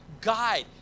guide